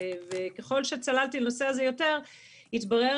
ככל שצללתי לנושא הזה יותר התברר